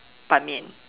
ban-mian